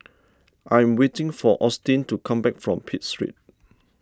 I am waiting for Austyn to come back from Pitt Street